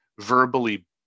verbally